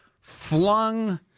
flung